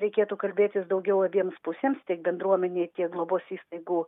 reikėtų kalbėtis daugiau abiems pusėms tiek bendruomenei tiek globos įstaigų